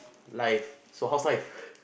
like so how's life